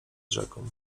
rzeką